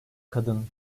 kadın